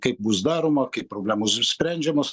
kaip bus daroma kaip problemos bus sprendžiamos